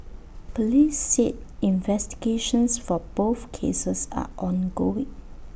Police said investigations for both cases are ongoing